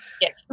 Yes